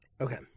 Okay